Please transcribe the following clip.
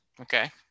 Okay